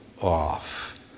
off